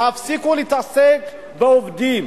תפסיקו להתעסק בעובדים,